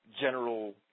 general